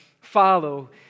follow